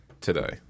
today